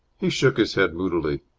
he shook his head moodily.